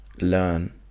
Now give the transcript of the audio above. learn